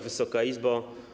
Wysoka Izbo!